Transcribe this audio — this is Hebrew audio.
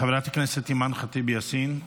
חברת הכנסת אימאן ח'טיב יאסין,